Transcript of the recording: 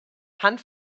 hunt